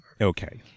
Okay